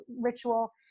ritual